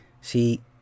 See